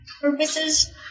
purposes